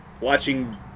Watching